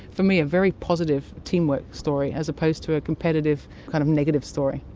for me, a very positive teamwork story as opposed to a competitive, kind of negative story.